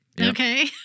Okay